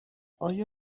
آیا